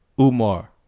Umar